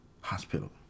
Hospital